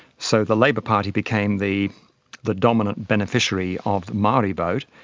so the labour party became the the dominant beneficiary of the maori vote.